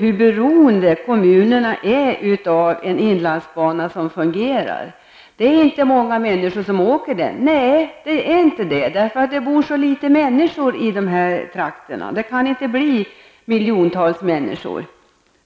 hur beroende kommunerna är av en inlandsbana som fungerar. Det är inte många människor som åker med inlandsbanan, säger Georg Andersson. Nej, det är inte det, därför att det bor så få människor i de trakterna. Det kan inte bli miljontals resenärer.